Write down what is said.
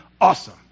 awesome